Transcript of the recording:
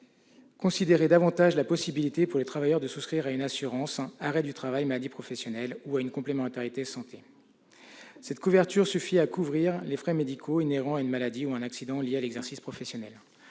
considérer davantage la possibilité pour les travailleurs de souscrire à une assurance relative aux accidents du travail et maladies professionnelles ou à une complémentaire santé. Cette couverture suffit à assurer les frais médicaux afférents à une maladie ou à un accident lié à l'exercice d'une profession.